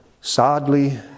sadly